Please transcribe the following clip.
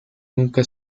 nunca